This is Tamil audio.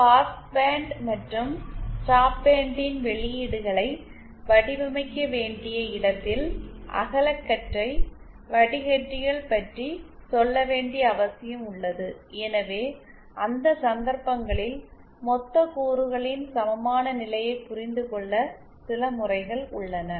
பாஸ்பேண்ட் மற்றும் ஸ்டாப் பேண்டின் வெளியீடுகளை வடிவமைக்க வேண்டிய இடத்தில் அகலகற்றை வடிக்கட்டிகள் பற்றி சொல்ல வேண்டிய அவசியம் உள்ளது எனவே அந்த சந்தர்ப்பங்களில் மொத்த கூறுகளின் சமமானநிலையை புரிந்து கொள்ள சில முறைகள் உள்ளன